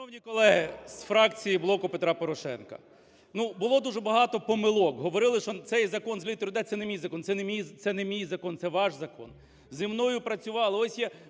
Шановні колеги, з фракції "Блоку Петра Порошенка", ну, було дуже багато помилок, говорили, що цей закон з літерою "д" це не мій закон, це не мій закон, це ваш закон. Зі мною працювали,